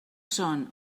són